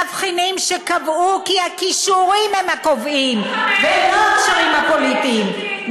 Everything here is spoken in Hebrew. תבחינים שקבעו כי הכישורים הם הקובעים ולא הקשרים הפוליטיים,